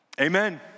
Amen